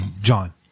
John